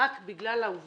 רק בגלל העובדה